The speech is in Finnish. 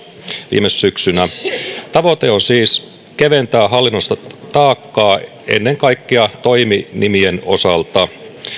viime syksynä tavoite on siis keventää hallinnollista taakkaa ennen kaikkea toiminimien osalta